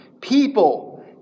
people